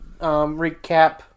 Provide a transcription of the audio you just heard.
recap